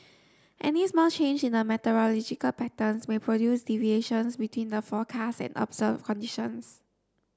any small change in the meteorological patterns may produce deviations between the forecast and observed conditions